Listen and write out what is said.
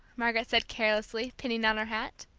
margaret said carelessly, pinning on her hat.